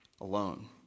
alone